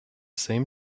same